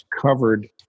covered